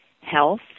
health